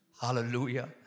Hallelujah